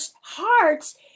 hearts